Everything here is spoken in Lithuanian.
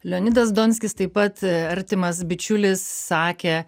leonidas donskis taip pat artimas bičiulis sakė